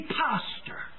pastor